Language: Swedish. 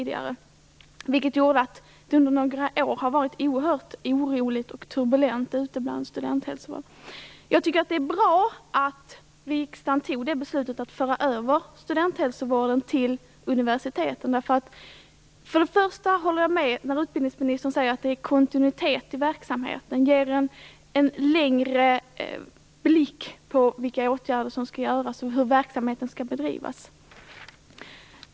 Det har gjort att det under några år har varit oerhört oroligt och turbulent inom studenthälsovården. Jag tycker att det är bra att riksdagen tog beslutet att föra över studenthälsovården till universiteten. Jag håller med utbilningsministern om att kontinuitet i en verksamhet ger bättre blick för vilka åtgärder som skall vidtas och för hur verksamheten skall bedrivas.